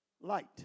light